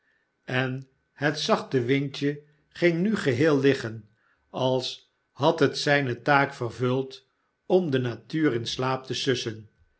en het zachte windje ging nu geheel liggen als had het zijne taak vervuld om de natuur in slaap te sussen